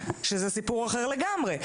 שזה סיפור אחר לגמרי,